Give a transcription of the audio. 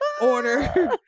Order